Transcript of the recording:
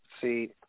see